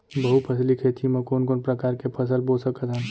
बहुफसली खेती मा कोन कोन प्रकार के फसल बो सकत हन?